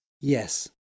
Yes